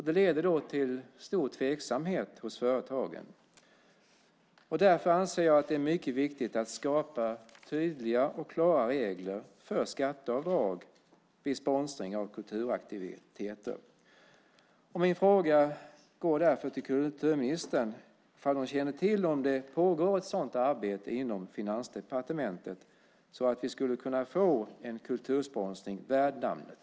Det leder till stor tveksamhet hos företagen. Därför anser jag att det är mycket viktigt att skapa tydliga och klara regler för skatteavdrag vid sponsring av kulturaktiviteter. Min fråga går därför till kulturministern om hon känner till att det pågår ett sådant arbete inom Finansdepartementet så att vi skulle kunna få en kultursponsring värd namnet.